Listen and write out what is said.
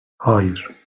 hayır